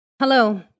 Hello